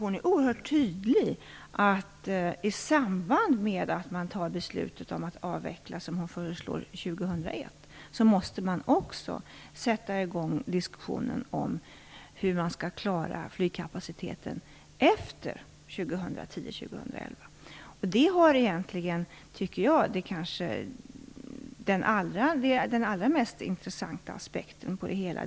Hon är oerhört tydlig vad gäller att man i samband med att beslut fattas om att avveckla 2001 - som hon föreslår - också måste sätta i gång diskussionen om hur flygkapaciteten skall klaras av efter 2011. Det är kanske den mest intressanta aspekten av det hela.